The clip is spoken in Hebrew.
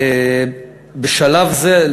בשלב זה,